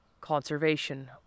conservation